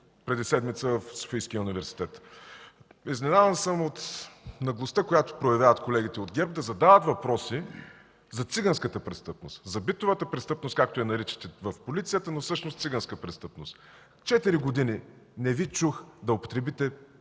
преди седмица в Софийския университет. Изненадан съм от наглостта, която проявяват колегите от ГЕРБ – да задават въпроси за циганската престъпност, за битовата престъпност, както я наричате в полицията, но всъщност е циганска престъпност. Четири години не Ви чух да употребите